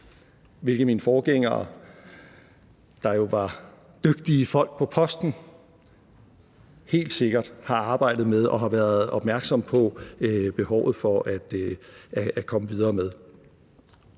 – at mine forgængere, der jo var dygtige folk på posten, helt sikkert har arbejdet med og har været opmærksomme på behovet for at komme videre med.